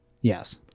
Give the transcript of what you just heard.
Yes